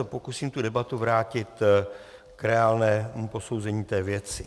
Pokusím se debatu vrátit k reálnému posouzení věci.